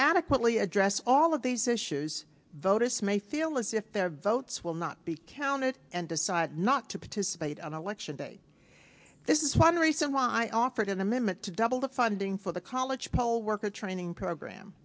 adequately address all of these issues voters may feel as if their votes will not be counted and decide not to participate on election day this is one reason why i offered an amendment to double the funding for the college poll worker training program